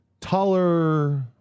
taller